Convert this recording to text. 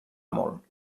molt